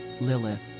Lilith